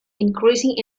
increasing